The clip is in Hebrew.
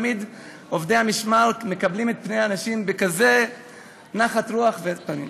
תמיד עובדי המשמר מקבלים את פני האנשים בכזה נחת רוח וסבר פנים.